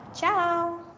Ciao